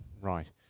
Right